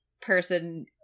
person